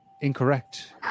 Incorrect